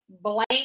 blank